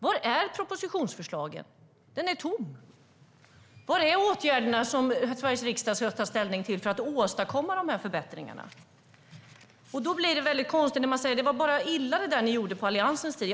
Var är propositionsförslagen? Det är tomt! Var är åtgärderna som Sveriges riksdag ska ta ställning till för att åstadkomma dessa förbättringar? Då blir det konstigt när man säger: Det ni gjorde på Alliansens tid var illa.